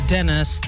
Dennis